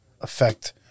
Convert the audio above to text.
affect